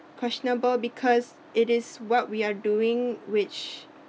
questionable because it is what we are doing which